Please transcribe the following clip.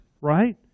right